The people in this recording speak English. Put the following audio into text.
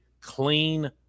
clean